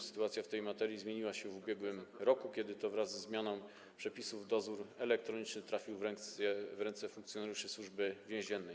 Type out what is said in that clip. Sytuacja w tej materii zmieniła się w ubiegłym roku, kiedy to wraz ze zmianą przepisów dozór elektroniczny trafił w ręce funkcjonariuszy Służby Więziennej.